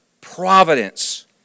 providence